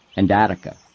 and attica.